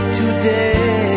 today